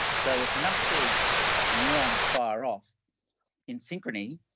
so if enough of these neurons fire off in synchrony,